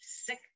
sick